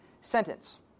sentence